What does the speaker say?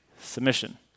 submission